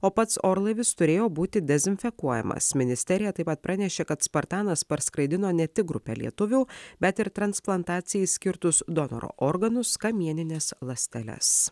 o pats orlaivis turėjo būti dezinfekuojamas ministerija taip pat pranešė kad spartanas parskraidino ne tik grupę lietuvių bet ir transplantacijai skirtus donoro organus kamienines ląsteles